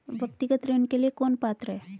व्यक्तिगत ऋण के लिए कौन पात्र है?